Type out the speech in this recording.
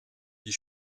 die